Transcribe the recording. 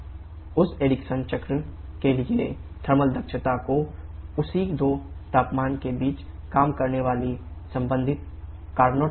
उस एरिक्सन चक्र भी एक पूरी तरह से प्रतिवर्ती चक्र है